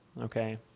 okay